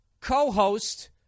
co-host